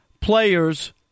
players